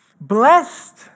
Blessed